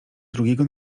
drugiego